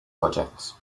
projects